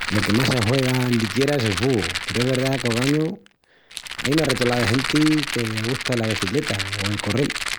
Lo que más se juega andiquiera es el fubu peru es verdá qu’ogañu ai una retolá de genti que le gusta la becicleta o el correl.